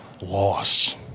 loss